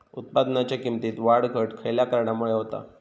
उत्पादनाच्या किमतीत वाढ घट खयल्या कारणामुळे होता?